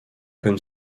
comme